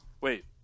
Wait